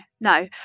no